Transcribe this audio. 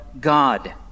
God